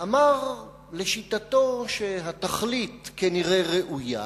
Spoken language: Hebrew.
אמר לשיטתו שהתכלית כנראה ראויה